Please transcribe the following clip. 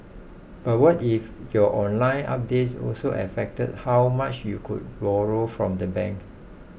but what if your online updates also affected how much you could borrow from the bank